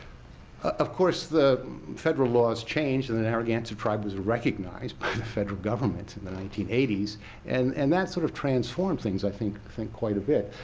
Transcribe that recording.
of course the federal laws changed and the narragansett tribe was recognized by the federal government in the nineteen eighty s, and and that sort of transformed things, i think, quite a bit.